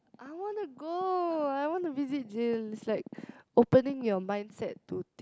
I wanna go I want to visit jail it's like opening your mindset to